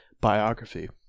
biography